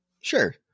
Sure